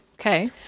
Okay